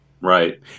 Right